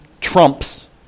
trumps